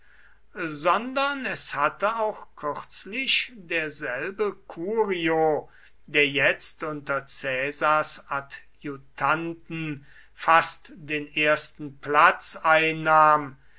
sondern es hatte auch kürzlich derselbe curio der jetzt unter caesars adjutanten fast den ersten platz einnahm